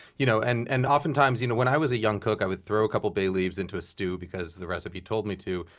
you know and and often you know when i was a young cook, i would throw a couple bay leaves into a stew because the recipe told me to.